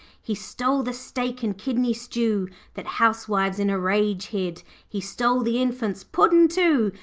he stole the steak-and-kidney stew that housewives in a rage hid he stole the infant's puddin' too,